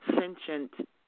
sentient